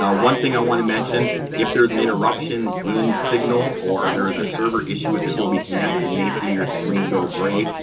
ah one thing i want to mention if there's an interruption in signal, or there is a server issue with adobe connect, you may see your screen go gray.